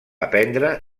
aprendre